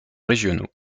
régionaux